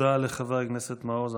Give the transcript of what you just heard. תודה לחבר הכנסת מעוז.